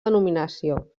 denominació